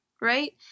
right